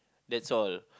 that's all